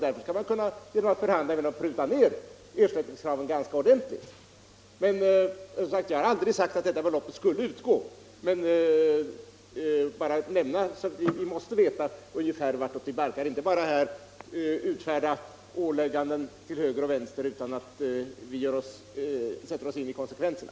Därför skall man, när man förhandlar med markägarna, kunna pruta ned ersättningskraven ganska ordentligt. Jag har aldrig sagt att beloppet i fråga skulle utgå, men jag ville nämna det därför att vi måste veta vilka följderna blir, vi får inte bara utfärda ålägganden till höger och vänster utan att sätta oss in i konsekvenserna.